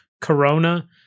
Corona